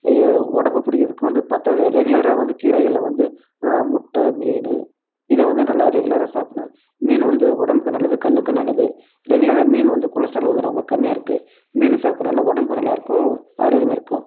இ உடம்பு பிடிக்கிறதுக்கும் வந்து பார்த்தா லெ ரெகுலராக வந்து கீரைகளில் வந்து முட்டை மீன் இதை வந்து நல்லா ரெகுலராக சாப்புடணும் மீன் வந்து உடம்புக்கு நல்லது கண்ணுக்கும் நல்லது ரெகுலராக மீன் வந்து கொலஸ்ட்ராலை வந்து ரொம்ப கம்மியாக இருக்குது மீன் சாப்புடறனால ஒடம்புக்கும் நல்லா இருக்கும் ஆரோக்கியமாக இருக்கும்